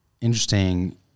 interesting